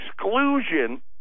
exclusion